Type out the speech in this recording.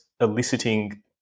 eliciting